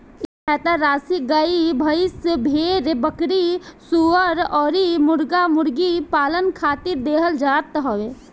इ सहायता राशी गाई, भईस, भेड़, बकरी, सूअर अउरी मुर्गा मुर्गी पालन खातिर देहल जात हवे